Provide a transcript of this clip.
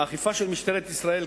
האכיפה של משטרת ישראל,